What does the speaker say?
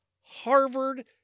Harvard